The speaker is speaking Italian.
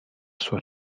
sua